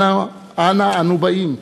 אנה אנו באים?